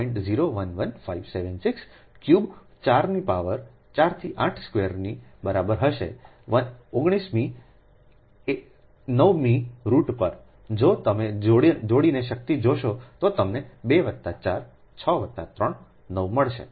011576 cube 4 ની power 4 થી 8 સ્ક્વેરની બરાબર હશે 1 9 મી 9 મી રુટ પર જો તમે જોડીને શક્તિ જોશો તો તમને 2 વત્તા 4 6 વત્તા 3 9 મળશે